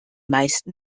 meisten